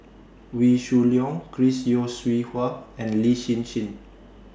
Wee Shoo Leong Chris Yeo Siew Hua and Lin Hsin Hsin